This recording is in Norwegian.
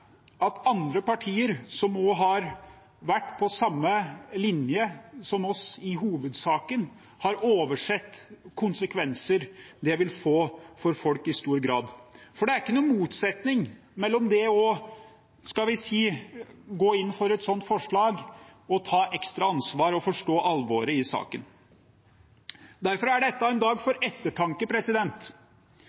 har oversett de konsekvenser det i stor grad vil få for folk. For det er ikke noen motsetning mellom – skal vi si – det å gå inn for et sånt forslag og å ta ekstra ansvar og forstå alvoret i saken. Derfor er dette en dag for ettertanke